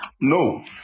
no